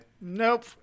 Nope